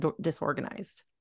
disorganized